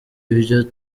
ibyo